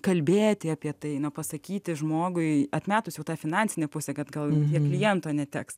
kalbėti apie tai pasakyti žmogui atmetusių tą finansinę pusę kad gal jiems kliento neteks